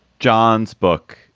john's book,